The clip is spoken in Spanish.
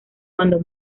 cuando